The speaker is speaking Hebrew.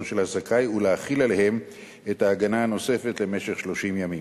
של הזכאי ולהחיל עליהם את ההגנה הנוספת למשך 30 ימים.